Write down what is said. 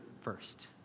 first